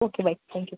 okay bye thank you